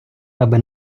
аби